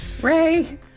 Ray